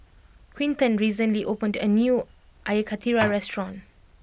Quinton recently opened a new Air Karthira restaurant